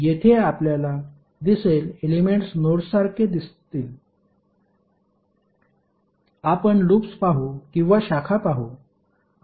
येथे आपल्याला दिसेल एलेमेंट्स नोड्ससारखे दिसतील आपण लूप्स पाहू किंवा शाखा पाहू